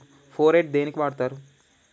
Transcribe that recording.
Phorate దేనికి వాడుతరు?